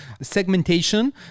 segmentation